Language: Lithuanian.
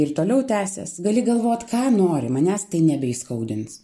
ir toliau tęsias gali galvot ką nori manęs tai nebeįskaudins